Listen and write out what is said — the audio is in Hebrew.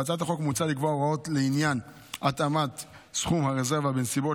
בהצעת החוק מוצע לקבוע הוראות לעניין התאמת סכום הרזרבה בנסיבות